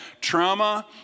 trauma